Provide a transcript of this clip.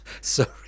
Sorry